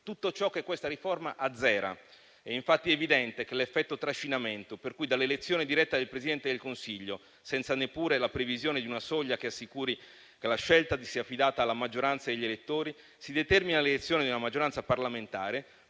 tutto ciò che questa riforma azzera. È infatti evidente che l'effetto trascinamento per cui dall'elezione diretta del Presidente del Consiglio, senza neppure la previsione di una soglia che assicuri che la scelta sia affidata alla maggioranza degli elettori, si determina l'elezione di una maggioranza parlamentare,